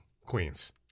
Queens